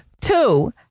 two